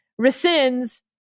rescinds